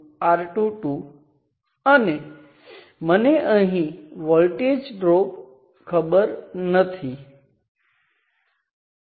તેથી વોલ્ટેજ સ્ત્રોત ઉપરના તમામ નોડ Vn v છે એટલે કે આ તમામ નોડ પર વોલ્ટેજ સરખા છે